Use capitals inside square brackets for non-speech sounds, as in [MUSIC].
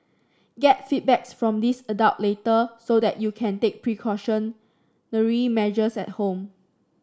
get feedback [UNINTELLIGIBLE] from these adult later so that you can take precautionary measures at home